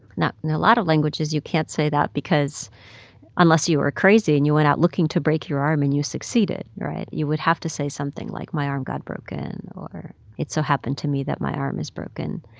now, in a lot of languages, you can't say that because unless you were crazy, and you went out looking to break your arm, and you succeeded right? you would have to say something like, my arm got broken, or it so happened to me that my arm is broken.